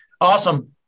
Awesome